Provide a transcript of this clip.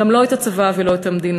גם לא את הצבא ולא את המדינה.